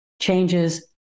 changes